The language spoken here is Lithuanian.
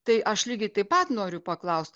tai aš lygiai taip pat noriu paklaust